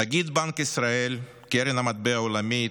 נגיד בנק ישראל, קרן המטבע העולמית,